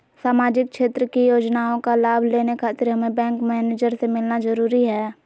सामाजिक क्षेत्र की योजनाओं का लाभ लेने खातिर हमें बैंक मैनेजर से मिलना जरूरी है?